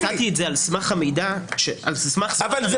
נתתי את זה על סמך המידע --- אבל זה